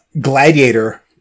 gladiator